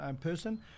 person